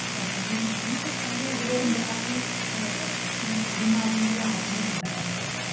खतरनाक बमारी ऐ ते पैह्लें केह् होंदा कि बमारी दा ईलाज़ निं होंदे हे